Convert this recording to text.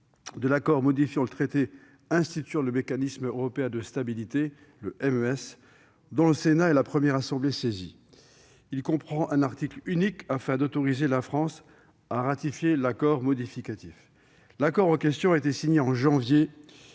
de l'accord modifiant le traité instituant le Mécanisme européen de stabilité (MES), le Sénat étant la première assemblée saisie. Il comprend un article unique visant à autoriser la France à ratifier cet accord modificatif. L'accord en question a été signé en janvier